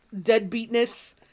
deadbeatness